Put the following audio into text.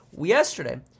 yesterday